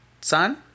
sun